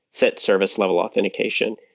set service level authentication.